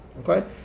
okay